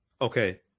Okay